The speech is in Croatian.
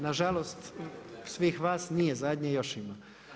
Na žalost svih vas nije zadnje, još ima.